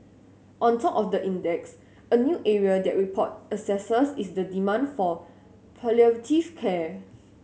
on top of the index a new area that report assesses is the demand for palliative care